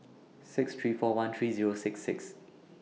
six three four one three Zero six six